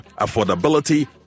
Affordability